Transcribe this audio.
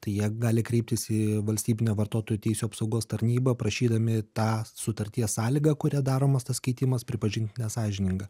tai jie gali kreiptis į valstybinę vartotojų teisių apsaugos tarnybą prašydami tą sutarties sąlygą kuria daromas tas keitimas pripažint nesąžininga